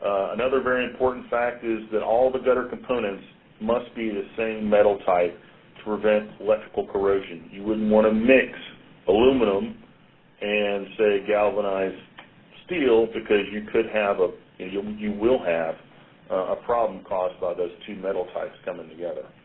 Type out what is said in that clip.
another very important fact is that all the gutter components must be the same metal type to prevent electrical corrosion. you wouldn't want to mix aluminum and say, galvanized steel because you could have ah you you will have a problem caused by those two metal types coming together.